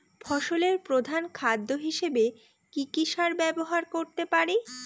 ফসলের প্রধান খাদ্য হিসেবে কি কি সার ব্যবহার করতে পারি?